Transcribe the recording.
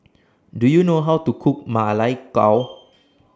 Do YOU know How to Cook Ma Lai Gao